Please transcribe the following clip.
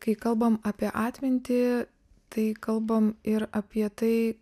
kai kalbam apie atmintį tai kalbam ir apie tai